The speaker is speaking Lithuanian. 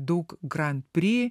daug grand prix